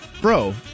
bro